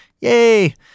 Yay